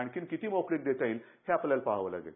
आणखीन किती मोकळीक देता येईल हे आपल्याला पाहावं लागेल